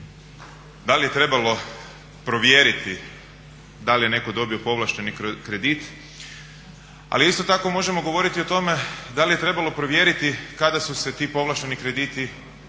da li je trebalo provjeriti da li je netko dobio povlašteni kredit, ali isto tako možemo govoriti o tome da li je trebalo provjeriti kada su se ti povlašteni krediti davali.